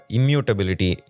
Immutability